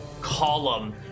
column